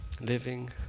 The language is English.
Living